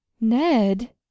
Ned